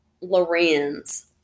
Lorenz